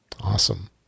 Awesome